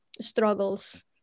struggles